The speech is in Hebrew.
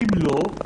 אם לא,